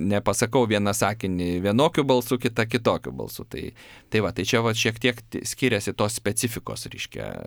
nepasakau vieną sakinį vienokiu balsu kitą kitokiu balsu tai tai va tai čia vat šiek tiek skiriasi tos specifikos reiškia